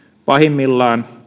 pahimmillaan